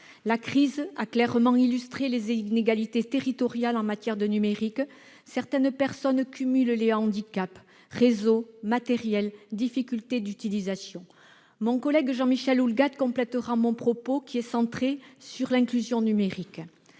La crise a clairement illustré les inégalités territoriales en matière de numérique. Certains cumulent les handicaps en termes de réseau, de matériel, de capacités d'utilisation. Mon collègue Jean-Michel Houllegatte complètera mon propos, qui est centré sur l'inclusion numérique.